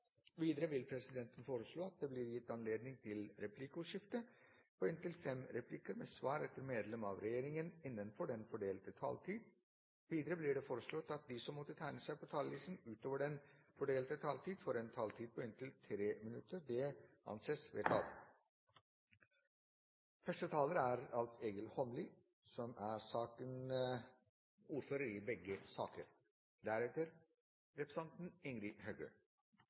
Videre vil presidenten foreslå at det blir gitt anledning til replikkordskifte på inntil fem replikker med svar etter medlem av regjeringen innenfor den fordelte taletid. Videre blir det foreslått at de som måtte tegne seg på talerlisten utover den fordelte taletid, får en taletid på inntil 3 minutter. – Det anses vedtatt. Her skal vi, som det blei sagt innleiingsvis, behandle to representantforslag. Begge